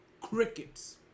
crickets